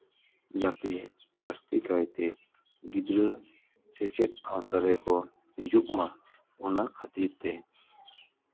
ᱡᱟᱛᱮ ᱡᱟᱹᱥᱛᱤ ᱠᱟᱭᱛᱮ ᱜᱤᱫᱽᱨᱟᱹ ᱥᱮᱪᱮᱫ ᱟᱣᱛᱟ ᱨᱮᱠᱚ ᱦᱤᱡᱩᱜ ᱢᱟ ᱚᱱᱟ ᱠᱷᱟᱹᱛᱤᱨ ᱛᱮ